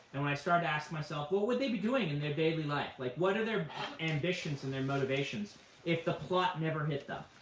when i started asking myself, what would they be doing in their daily life? like what are their ambitions and their motivations if the plot never hit them?